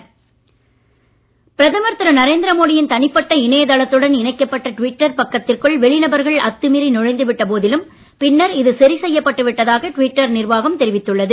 Twitter Modi பிரதமர் திரு நரேந்திர மோடியின் தனிப்பட்ட இணையதளத்துடன் இணைக்கப்பட்ட டுவிட்டர் பக்கத்திற்குள் வெளிநபர்கள் அத்துமீறி நுழைந்து விட்ட போதிலும் பின்னர் இது சரி செய்யப் பட்டுவிட்டதாக டுவிட்டர் நிர்வாகம் தெரிவித்துள்ளது